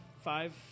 five